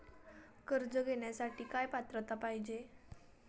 कर्ज घेण्यासाठी काय पात्रता पाहिजे?